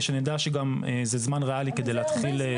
שנדע שזה זמן ריאלי כדי להתחיל לפעול.